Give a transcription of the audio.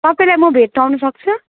तपाईँलाई म भेट्न आउन सक्छु